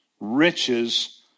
Riches